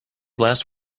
last